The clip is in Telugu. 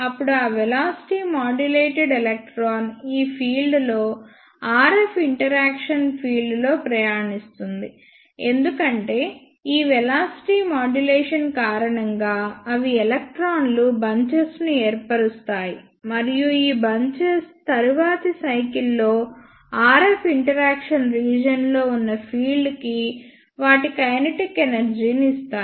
అప్పుడు ఆ వెలాసిటీ మాడ్యులేటెడ్ ఎలక్ట్రాన్ ఈ ఫీల్డ్ లో RF ఇంటరాక్షన్ ఫీల్డ్లో ప్రయాణిస్తుంది ఎందుకంటే ఈ వెలాసిటీ మాడ్యులేషన్ కారణంగా అవి ఎలక్ట్రాన్లు బంచెస్ ను ఏర్పరుస్తాయి మరియు ఈ బంచెస్ తరువాతి సైకిల్ లో RF ఇంటరాక్షన్ రీజియన్ లో ఉన్న ఫీల్డ్ కి వాటి కైనెటిక్ ఎనర్జీ ని ఇస్తాయి